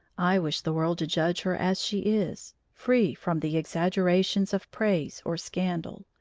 i wish the world to judge her as she is, free from the exaggerations of praise or scandal,